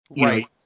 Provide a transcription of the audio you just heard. Right